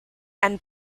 and